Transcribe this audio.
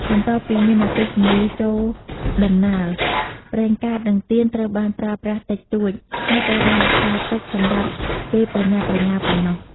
បន្ទាប់ពីមានអគ្គិសនីចូលដំណើរ ប្រេងកាត និងទៀនត្រូវបានប្រើប្រាស់តិចតួច ហើយត្រូវបានរក្សាទុកសម្រាប់ពេលប្រញាប់ប្រញាល់ប៉ុណ្ណោះ។